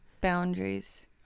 Boundaries